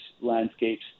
landscapes